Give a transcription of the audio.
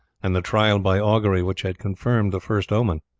and the trial by augury which had confirmed the first omen.